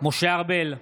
משה ארבל,